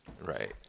right